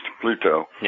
Pluto